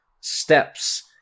steps